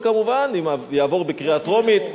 וכמובן אם יעבור בקריאה טרומית.